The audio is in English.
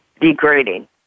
degrading